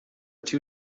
two